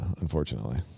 unfortunately